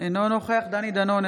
אינו נוכח דני דנון,